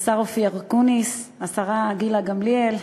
השר אופיר אקוניס, השרה גילה גמליאל,